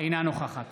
אינה נוכחת